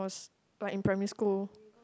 was like in primary school